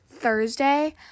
thursday